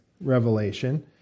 revelation